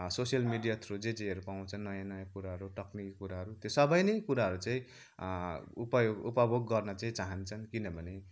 social media through जे जेहरू पाउँछ नयाँ नयाँ कुराहरू तकनिकी कुराहरू त्यो सबै नै कुराहरू चाहिँ उपयोग उपभोग गर्न चाहिँ चाहन्छन् किनभने